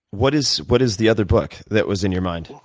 what is what is the other book that was in your mind?